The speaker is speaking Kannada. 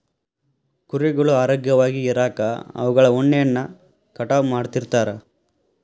ಕುರಿಗಳು ಆರೋಗ್ಯವಾಗಿ ಇರಾಕ ಅವುಗಳ ಉಣ್ಣೆಯನ್ನ ಕಟಾವ್ ಮಾಡ್ತಿರ್ತಾರ